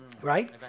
right